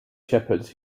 shepherds